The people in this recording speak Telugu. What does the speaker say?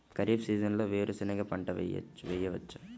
ఖరీఫ్ సీజన్లో వేరు శెనగ పంట వేయచ్చా?